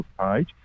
page